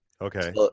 Okay